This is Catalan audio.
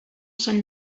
sant